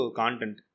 content